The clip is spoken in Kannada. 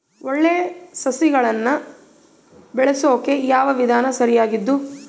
ಒಳ್ಳೆ ಸಸಿಗಳನ್ನು ಬೆಳೆಸೊಕೆ ಯಾವ ವಿಧಾನ ಸರಿಯಾಗಿದ್ದು?